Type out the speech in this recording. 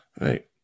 Right